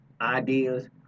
ideas